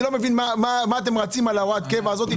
אני לא מבין מה אתם רצים על הוראת הקבע הזאת.